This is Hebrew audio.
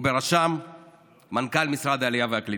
ובראשם מנכ"ל משרד העלייה והקליטה.